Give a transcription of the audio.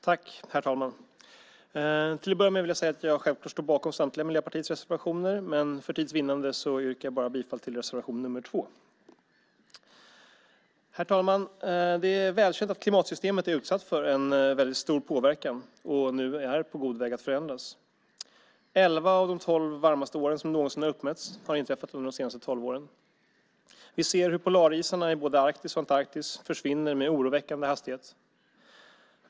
Herr talman! Till att börja med vill jag säga att jag självklart står bakom samtliga Miljöpartiets reservationer, men för tids vinnande yrkar jag bifall endast till reservation nr 2. Det är välkänt att klimatsystemet är utsatt för stor påverkan och på god väg att förändras. Elva av de tolv varmaste år som någonsin uppmätts har inträffat under de senaste tolv åren. Vi ser hur polarisarna i både Arktis och Antarktis försvinner med oroväckande hastighet.